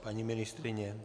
Paní ministryně?